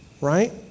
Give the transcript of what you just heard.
right